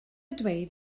dweud